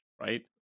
right